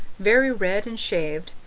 very red and shaved,